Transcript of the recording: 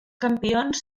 campions